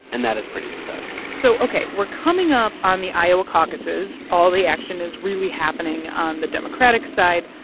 and that is pretty exciting so, ok, we're coming up on the iowa caucuses. all the action is really happening on the democratic side.